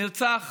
נרצח